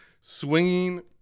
swinging